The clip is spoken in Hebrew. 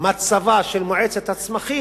מצבה של מועצת הזיתים